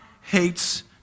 hates